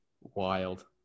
Wild